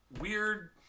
weird